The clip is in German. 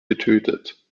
getötet